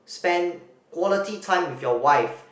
spend quality time with your wife